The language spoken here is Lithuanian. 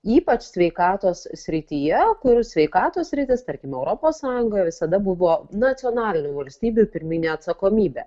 ypač sveikatos srityje kur sveikatos sritis tarkim europos sąjungoje visada buvo nacionalinių valstybių pirminė atsakomybė